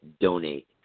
donate